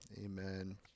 amen